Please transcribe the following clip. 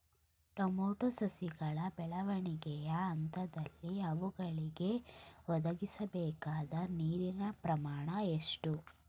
Tomato ಸಸಿಗಳ ಬೆಳವಣಿಗೆಯ ಹಂತದಲ್ಲಿ ಅವುಗಳಿಗೆ ಒದಗಿಸಲುಬೇಕಾದ ನೀರಿನ ಪ್ರಮಾಣ ಎಷ್ಟು?